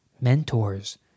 Mentors